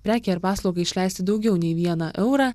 prekei ar paslaugai išleisti daugiau nei vieną eurą